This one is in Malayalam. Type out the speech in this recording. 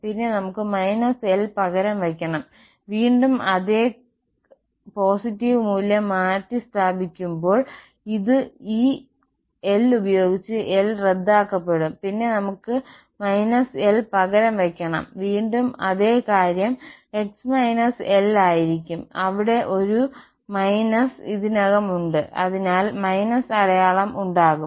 പിന്നെ നമുക്ക് −l പകരം വയ്ക്കണം വീണ്ടും അതേ കാര്യം x −l ആയിരിക്കും അവിടെ ഒരു ഇതിനകം ഉണ്ട് അതിനാൽ അടയാളം ഉണ്ടാകും